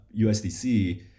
USDC